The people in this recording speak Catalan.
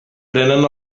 prenen